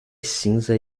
cinza